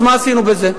אז מה עשינו בזה?